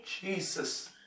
Jesus